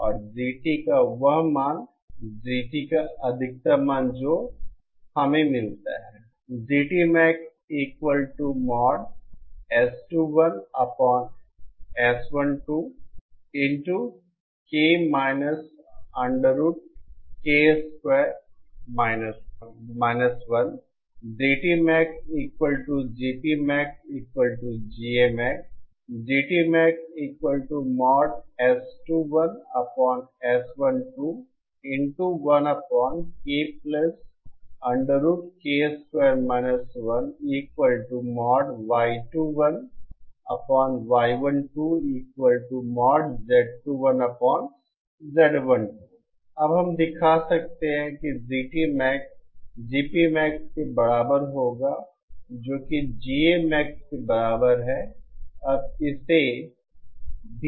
और GT का वह मान GT का अधिकतम मान जो हमें मिलता है अब हम दिखा सकते हैं कि GTMax GPMax के बराबर होगा जो कि GAMax के बराबर है